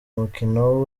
umukino